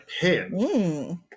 pin